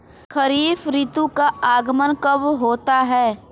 खरीफ ऋतु का आगमन कब होता है?